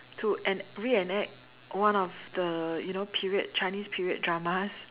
to en~ reenact one of the you know period Chinese period drama